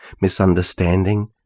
misunderstanding